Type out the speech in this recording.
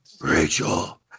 Rachel